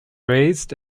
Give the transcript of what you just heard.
raised